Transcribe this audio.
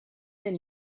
than